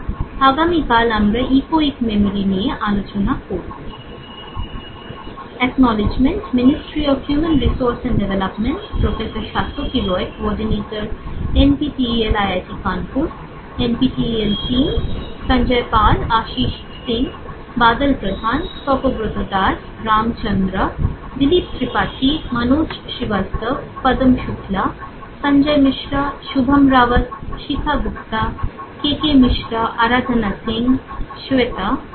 আগামীকাল আমরা echoic memory নিয়ে আলোচনা করবো